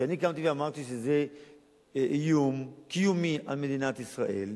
כשאני קמתי ואמרתי שזה איום קיומי על מדינת ישראל,